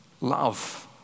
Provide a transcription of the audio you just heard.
Love